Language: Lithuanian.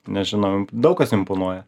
nežinoma daug kas imponuoja